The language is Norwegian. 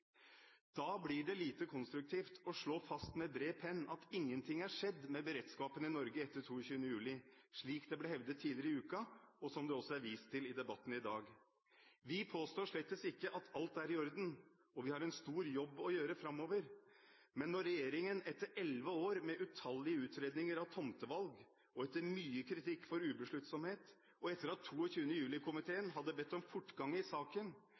Da blir det lite konstruktivt å slå fast med bred penn at ingenting er skjedd med beredskapen i Norge etter 22. juli, slik det ble hevdet tidligere i uken og som det også er vist til i debatten i dag. Vi påstår slett ikke at alt er i orden, og vi har en stor jobb å gjøre framover. Men når regjeringen endelig – etter elleve år med utallige utredninger av tomtevalg, etter mye kritikk for ubesluttsomhet og etter at 22. juli-komiteen hadde bedt om fortgang i saken